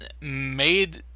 made